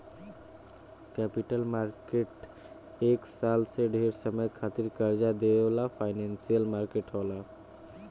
capital market एक साल से ढेर समय खातिर कर्जा देवे वाला फाइनेंशियल मार्केट होला